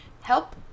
help